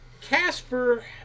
Casper